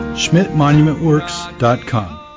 schmidtmonumentworks.com